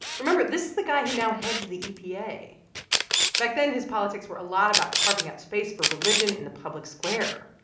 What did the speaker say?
remember, this the guy who now heads the epa. back then, his politics were a lot about carving out space for religion in the public square.